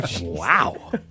Wow